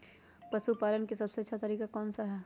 पशु पालन का सबसे अच्छा तरीका कौन सा हैँ?